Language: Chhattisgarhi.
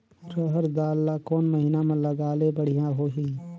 रहर दाल ला कोन महीना म लगाले बढ़िया होही?